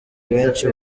benshi